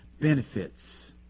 benefits